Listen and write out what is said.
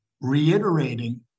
reiterating